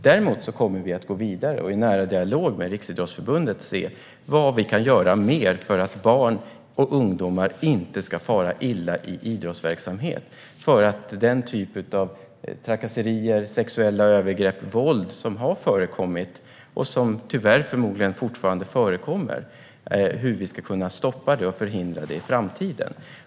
Vi kommer däremot att gå vidare och i nära dialog med Riksidrottsförbundet se vad vi kan göra mer för att barn och ungdomar inte ska fara illa i idrottsverksamhet och hur vi ska kunna stoppa trakasserier, sexuella övergrepp och våld, som har förekommit och som tyvärr förmodligen fortfarande förekommer, och förhindra det i framtiden.